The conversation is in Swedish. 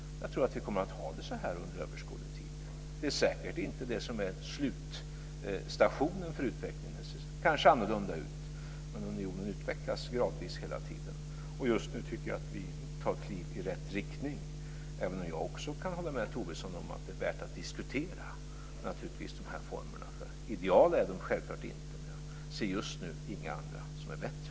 Jag tror att vi kommer att ha det så här under överskådlig tid. Detta är säkert inte slutstationen för utvecklingen. Den kan se annorlunda ut, men unionen utvecklas gradvis hela tiden, och just nu tycker jag att vi tar kliv i rätt riktning, även om jag kan hålla med Tobisson om att det är värt att diskutera de här formerna. De är självklart inte ideala, men jag ser just nu inga som är bättre.